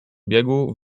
biegu